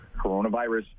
coronavirus